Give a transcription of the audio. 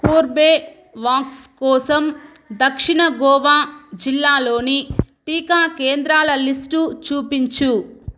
Corbevax కోసం దక్షిణ గోవా జిల్లాలోని టీకా కేంద్రాల లిస్టు చూపించు